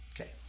Okay